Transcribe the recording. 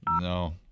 no